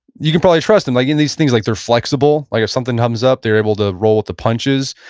you can probably trust them. like in these things like they're flexible. like, if something comes up, they're able to roll with the punches.